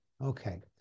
Okay